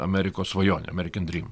amerikos svajone american dream